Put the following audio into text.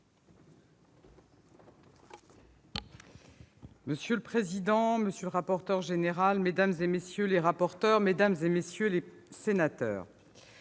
Monsieur le président, monsieur le rapporteur général, madame, messieurs les rapporteurs, mesdames, messieurs les sénateurs,